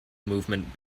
movement